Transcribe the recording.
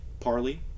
Parley